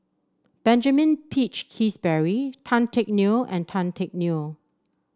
Benjamin Peach Keasberry Tan Teck Neo and Tan Teck Neo